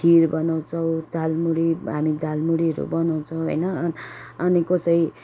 खिर बनाउँछौँ झालमुरी हामी झालमुरीहरू बनाउँछौँ होइन अन् अनि कसै